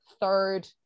third